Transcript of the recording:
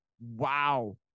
wow